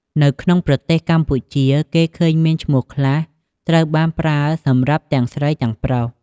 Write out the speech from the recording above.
នៅក្នុងប្រទេសកម្ពុជា គេឃើញមានឈ្មោះខ្លះត្រូវបានប្រើសម្រាប់ទាំងស្រីទាំងប្រុស។